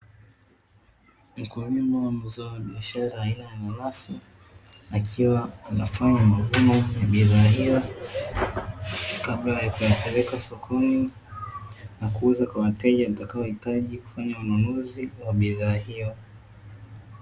Mkulima wa mazao ya biashara, aina ya nanasi, akiwa anafanya mavuno ya bidhaa hiyo kabla ya kuyapeleka sokoni, na kuuza kwa wateja watakaohitaji kufanya ununuzi wa bidhaa hiyo.